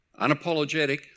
Unapologetic